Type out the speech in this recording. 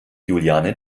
juliane